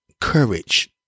courage